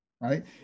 Right